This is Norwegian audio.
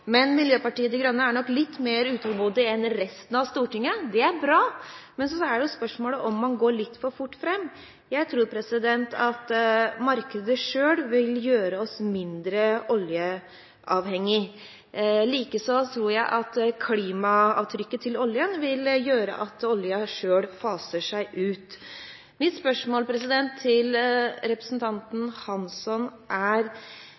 men Miljøpartiet De Grønne er nok litt mer utålmodig enn resten av Stortinget. Det er bra, men spørsmålet er om man går litt for fort fram. Jeg tror at markedet selv vil gjøre oss mindre oljeavhengig. Likeså tror jeg at klimaavtrykket til oljen vil gjøre at oljen selv faser seg ut. Mitt spørsmål til representanten Hansson er: